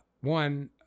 One